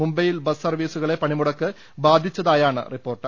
മുംബൈയിൽ ബസ്സർവ്വീസുകളെ പണിമുടക്ക് ബാധിച്ചതായാണ് റിപ്പോർട്ട്